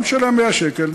גם בשביל 100 השקל,